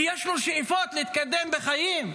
כי יש לו שאיפות להתקדם בחיים,